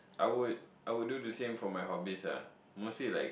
I would I would do the same for my hobbies ah mostly like